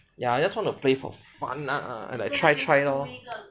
ya I just want to play for fun lah and I try try lor